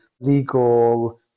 legal